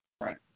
Right